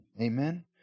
Amen